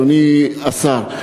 אדוני השר,